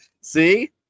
See